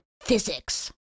Physics